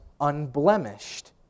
unblemished